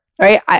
right